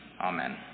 Amen